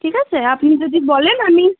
ঠিক আছে আপনি যদি বলেন আমি